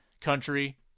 country